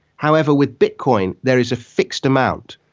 however, with bitcoin there is a fixed amount.